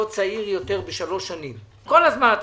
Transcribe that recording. אתם חוזרים על זה כל הזמן.